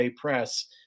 press